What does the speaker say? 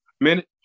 minute